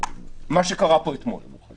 מה שקרה פה אתמול.